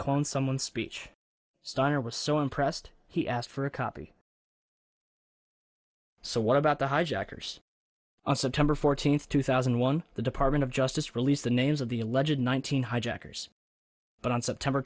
clone someone speech steiner was so impressed he asked for a copy so what about the hijackers on september fourteenth two thousand and one the department of justice released the names of the alleged one thousand hijackers but on september